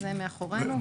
זה מאחורינו.